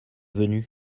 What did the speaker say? venus